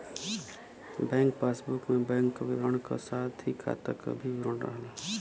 bank passbook में bank क विवरण क साथ ही खाता क भी विवरण रहला